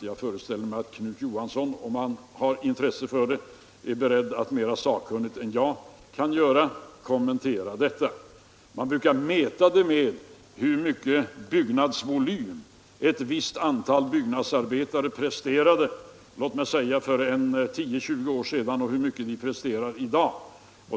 Jag föreställer mig att Knut Johansson kan redogöra för detta mera sakkunnigt än vad jag kan göra. Man brukar mäta detta med vad för byggnadsvolym ett visst antal byggnadsarbetare presterade för tio eller tjugo år sedan och vad de presterar i dag.